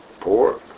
poor